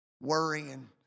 Worrying